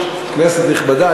כנסת נכבדה,